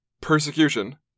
persecution